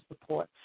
support